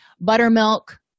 Buttermilk